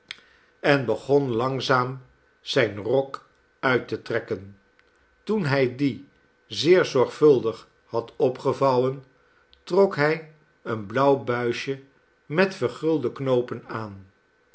en begon langzaam zijn rok uit te trekken toen hij dien zeer zorgvuldig had opgevouwen trok hij een blauw buisje met vergulde knoopen aan